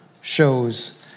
shows